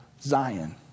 Zion